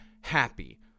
happy